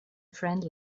friend